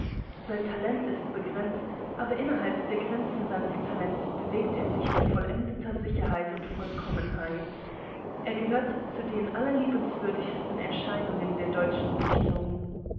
sein talent ist begrenzt aber innerhalb der grenzen seines talents bewegt er sich mit vollendeter sicherheit und anmut er gehört zu den allerliebenswürdigsten erscheinungen der deutschen dichtung